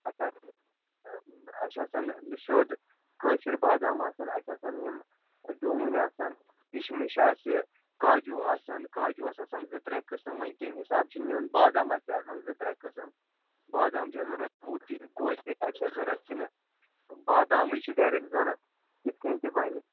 اسہِ آسہِ یہِ اسہِ آسَن سیوٚد کٲشِر بادام آسَن اسہِ آسَن یم ڈوٗنۍ آسَن کِشمِش آسہِ کاجوٗ آسَن کاجوٗوَس آسَن زٕ ترٛےٚ قسم وۄنۍ کَمہِ حساب چھِ نیُن بادامس تہِ آسَن زٕ ترٛےٚ قٕسم بادام چھِ ضوٚرتھ گوجے یٲژٕ چھا ضوٚرتھ کِنہٕ بادامٕے چھِ ڈیٚرَک ضوٚرتھ تِتھ کٔنۍ تہِ بَنہِ